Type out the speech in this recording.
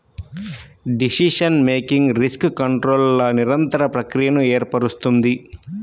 decision making risk కంట్రోల్ల నిరంతర ప్రక్రియను ఏర్పరుస్తుంది